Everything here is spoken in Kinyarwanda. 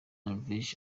norvege